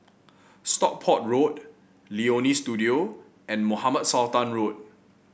Stockport Road Leonie Studio and Mohamed Sultan Road